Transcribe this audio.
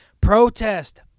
Protest